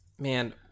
Man